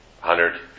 Hundred